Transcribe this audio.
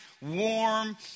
warm